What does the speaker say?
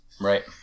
Right